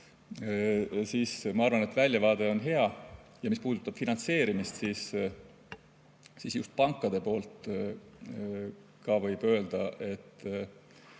siis ma arvan, et väljavaade on hea. Mis puudutab finantseerimist, siis pankade poolt võib öelda, et